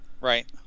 Right